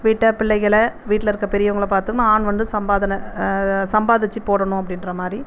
வீட்டை பிள்ளைகளை வீட்டிலிருக்க பெரியவங்களை பார்த்துகணும் ஆண் வந்து சம்பாதனை சம்பாதிச்சு போடணும் அப்படின்ற மாதிரி